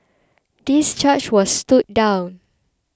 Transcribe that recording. this charge was stood down